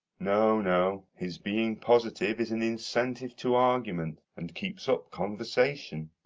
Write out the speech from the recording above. no, no his being positive is an incentive to argument, and keeps up conversation.